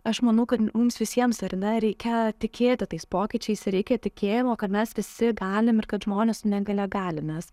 aš manau kad mums visiems ar ne reikia tikėti tais pokyčiais reikia tikėjimo kad mes visi galim ir kad žmonės su negalia gali nes